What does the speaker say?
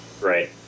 Right